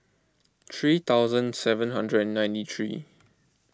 three thousand seven hundred and ninety three